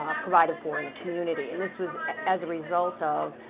ah provided for in the community, and this was as a result of,